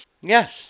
Yes